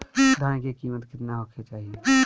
धान के किमत केतना होखे चाही?